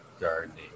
gardening